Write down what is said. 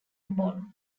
bonn